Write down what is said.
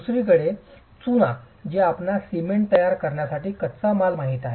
दुसरीकडे चुना जे आपणास सिमेंट तयार करण्यासाठी कच्चा माल माहित आहे